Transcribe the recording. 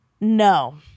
No